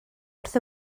wrth